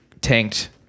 tanked